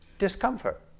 Discomfort